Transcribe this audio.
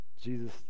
Jesus